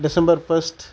December first